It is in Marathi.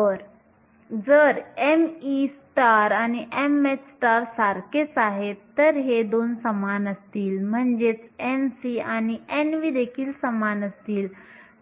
जर me आणि mh सारखेच आहेत जर हे 2 समान असतील म्हणजे Nc आणि Nv देखील समान असतील